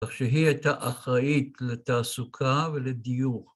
‫כך שהיא הייתה אחראית ‫לתעסוקה ולדיווח.